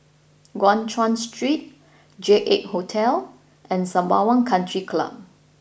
Guan Chuan Street J Eight Hotel and Sembawang Country Club